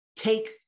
Take